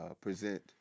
present